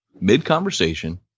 mid-conversation